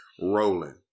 rolling